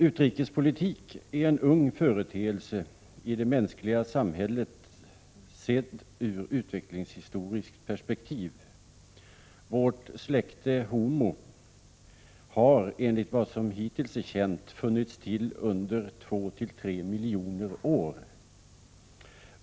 Utrikespolitik är en ung företeelse i det mänskliga samhället sedd i utvecklingshistoriskt perspektiv. Vårt släkte homo har, enligt vad som hittills är känt, funnits till under 2-3 miljoner år.